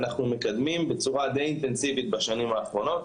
שאנחנו מקדמים בצורה דיי אינטנסיבית בשנים האחרונות,